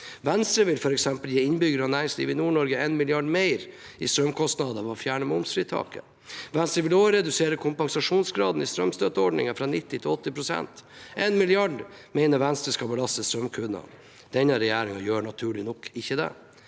Venstre vil f.eks. gi innbyggere og næringsliv i NordNorge 1 mrd. kr mer i strømkostnader ved å fjerne momsfritaket. Venstre vil også redusere kompensasjonsgraden i strømstøtteordningen fra 90 pst. til 80 pst. 1 mrd. kr mener Venstre skal belastes strømkundene. Denne regjeringen gjør naturlig nok ikke det.